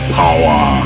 power